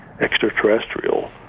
extraterrestrial